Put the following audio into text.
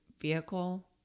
vehicle